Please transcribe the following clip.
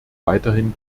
weiterhin